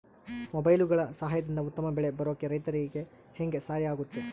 ಮೊಬೈಲುಗಳ ಸಹಾಯದಿಂದ ಉತ್ತಮ ಬೆಳೆ ಬರೋಕೆ ರೈತರಿಗೆ ಹೆಂಗೆ ಸಹಾಯ ಆಗುತ್ತೆ?